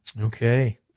Okay